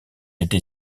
été